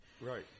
Right